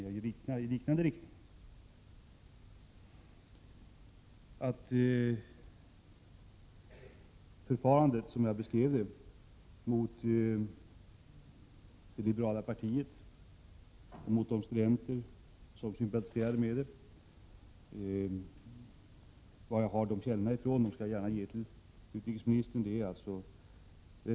Jag åsyftar då bl.a. förfarandet, som jag beskrev, mot det liberala partiet, mot de studenter som sympatiserar med detta parti. Jag skall gärna upplysa utrikesministern om varifrån jag har mina källor.